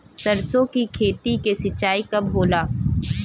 सरसों की खेती के सिंचाई कब होला?